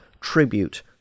tribute